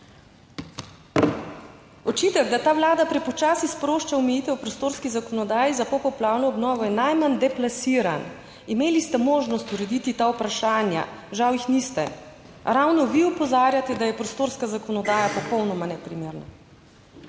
Očitek, da ta Vlada prepočasi sprošča omejitve v prostorski zakonodaji za popoplavno obnovo, je najmanj deplasiran. Imeli ste možnost urediti ta vprašanja, žal jih niste. Ravno vi opozarjate, da je prostorska zakonodaja popolnoma neprimerna.